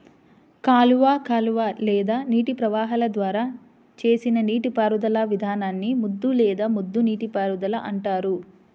కాలువ కాలువ లేదా నీటి ప్రవాహాల ద్వారా చేసిన నీటిపారుదల విధానాన్ని ముద్దు లేదా ముద్ద నీటిపారుదల అంటారు